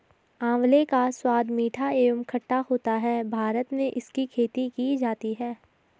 आंवले का स्वाद मीठा एवं खट्टा होता है भारत में इसकी खेती की जाती है